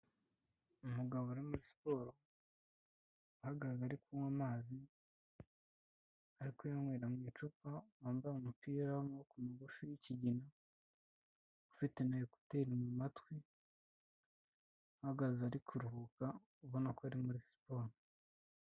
Umugabo muri siporo ahagaze ari kunywa amazi ari kuyanywera mu icupa wambaye umupira w'amaboko mugufi w'ikigina ufite na ekuteri mu matwi ahagaze ari kuruhuka ubona ko ari muri siporo.